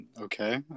Okay